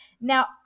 Now